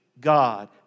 God